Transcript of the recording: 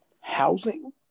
Housing